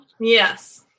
Yes